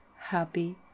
happy